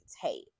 tape